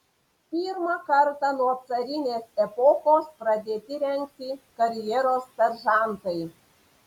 pirmą kartą nuo carinės epochos pradėti rengti karjeros seržantai